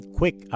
quick